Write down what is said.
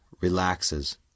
relaxes